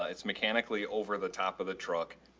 it's mechanically over the top of the truck.